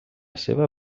seva